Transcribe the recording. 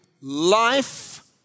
life